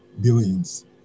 billions